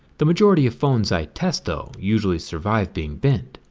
the majority of phones i test though usually survive being bent.